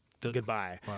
goodbye